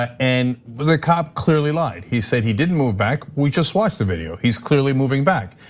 and, but the cop clearly lied. he said he didn't move back. we just watched the video. he's clearly moving back.